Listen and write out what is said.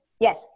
yes